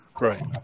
Right